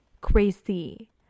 crazy